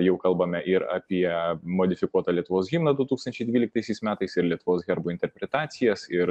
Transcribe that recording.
jau kalbame ir apie modifikuotą lietuvos himną du tūkstančiai dvyliktaisiais metais ir lietuvos herbo interpretacijas ir